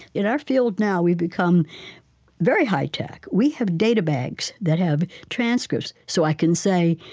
in our field now, we've become very high-tech. we have data banks that have transcripts, so i can say,